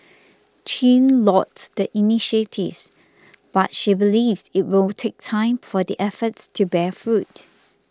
chin lauds the initiatives but she believes it will take time for the efforts to bear fruit